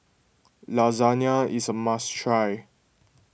Lasagna is a must try